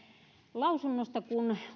lausunnosta